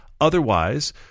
Otherwise